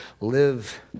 live